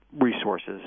resources